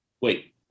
Wait